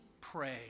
pray